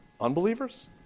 Unbelievers